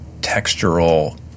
textural